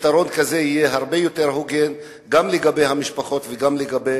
פתרון כזה יהיה הרבה יותר הוגן גם לגבי המשפחות וגם לגבי